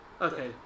Okay